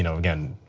you know again,